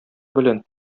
белән